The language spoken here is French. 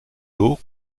lot